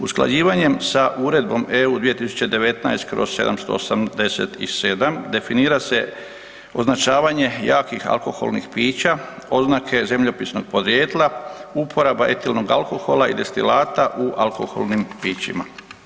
Usklađivanjem sa Uredbom EU 2019/787 definira se označavanje jakih alkoholnih pića oznake zemljopisnog podrijetla, uporaba etilnog alkohola i destilata u alkoholnim pićima.